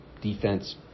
defense